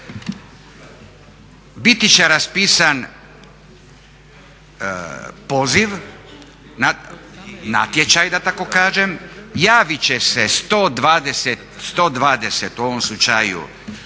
biti će raspisan poziv, natječaj da tako kažem, javit će se 120 u ovom slučaju